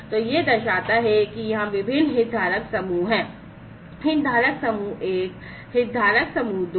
तो यह दर्शाता है कि यहाँ विभिन्न हितधारक समूह हैं हितधारक समूह 1हितधारक समूह २